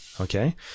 Okay